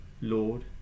Lord